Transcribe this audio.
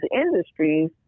industries